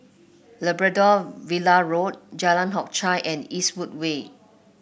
Labrador Villa Road Jalan Hock Chye and Eastwood Way